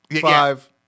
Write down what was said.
five